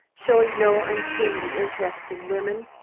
showing no unseemly interest in women,